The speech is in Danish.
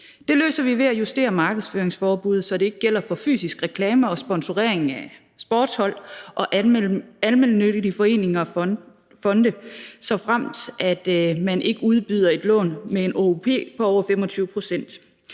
Det løser vi ved at justere markedsføringsforbuddet, så det ikke gælder for fysisk reklame og sponsorering af sportshold og almennyttige foreninger og fonde, såfremt man ikke udbyder et lån med en ÅOP på over 25 pct.